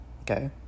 Okay